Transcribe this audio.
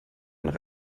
nach